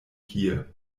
hier